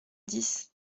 dix